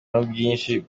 n’ubwinshi